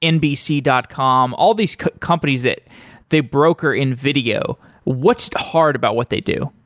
nbc dot com, all these companies that they broker in video? what's hard about what they do?